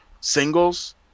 singles